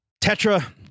tetra